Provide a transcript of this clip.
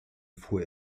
fuhr